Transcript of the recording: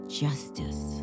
justice